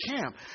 camp